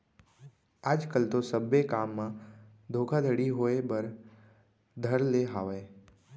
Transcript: आज कल तो सब्बे काम म धोखाघड़ी होय बर धर ले हावय